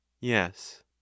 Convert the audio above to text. Yes